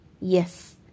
Yes